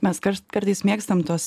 mes karš kartais mėgstam tuos